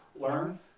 learn